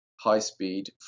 high-speed